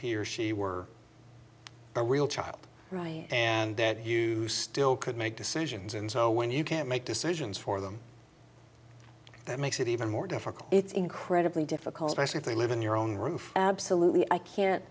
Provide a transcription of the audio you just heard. he or she were a real child and that you still could make decisions and so when you can't make decisions for them that makes it even more difficult it's incredibly difficult especially if they live in your own roof absolutely i can't